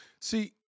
See